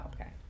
okay